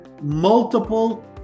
multiple